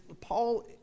Paul